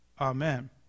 Amen